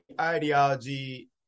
ideology